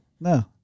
No